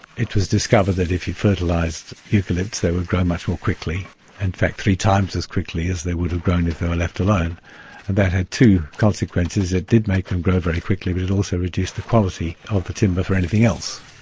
it was discovered that if you fertilised eucalypts they would grow much more quickly in fact, three times as quickly as they would have grown if they were left alone and that had two consequences. it did make them grow very quickly, but it also reduced the quality of the timber for anything else.